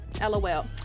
Lol